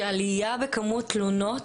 שעלייה בכמות התלונות,